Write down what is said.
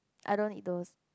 I don't need those